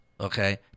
Okay